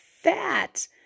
fat